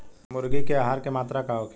मुर्गी के आहार के मात्रा का होखे?